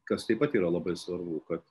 kas taip pat yra labai svarbu kad